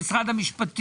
הפנייה אושרה.